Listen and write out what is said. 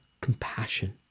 compassion